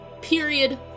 period